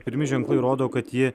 pirmi ženklai rodo kad ji